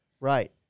Right